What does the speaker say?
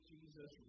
Jesus